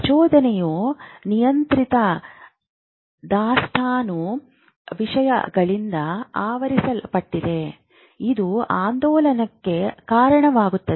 ಪ್ರಚೋದನೆಯು ನಿಯಂತ್ರಿತ ದಾಸ್ತಾನು ವಿಷಯಗಳಿಂದ ಆವರಿಸಲ್ಪಟ್ಟಿದೆ ಇದು ಆಂದೋಲನಕ್ಕೆ ಕಾರಣವಾಗುತ್ತದೆ